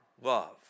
love